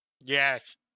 Yes